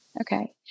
okay